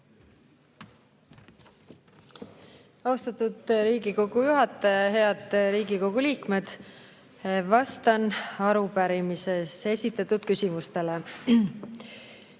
Austatud Riigikogu juhataja! Head Riigikogu liikmed! Vastan arupärimises esitatud küsimustele.